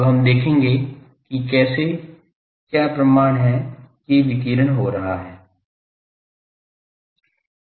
अब हम देखेंगे कि कैसे क्या प्रमाण है कि विकिरण हो रहा है